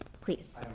please